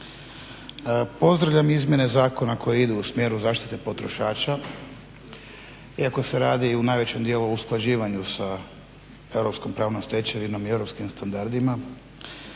Pozdravljam izmjene zakona koje idu u smjeru zaštite potrošača, iako se radi u najvećem dijelu o usklađivanju sa europskom pravnom stečevinom i europskim standardima.